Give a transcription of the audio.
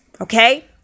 Okay